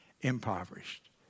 impoverished